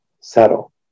settle